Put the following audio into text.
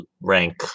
rank